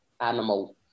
animal